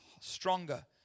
stronger